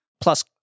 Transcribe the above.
Plus